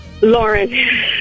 Lauren